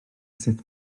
sut